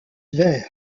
tver